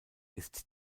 ist